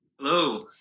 Hello